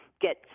get